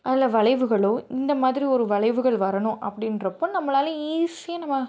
அதில் வளைவுகளோ இந்தமாதிரி ஒரு வளைவுகள் வரணும் அப்படின்றப்போ நம்மளால் ஈஸியாக நம்ம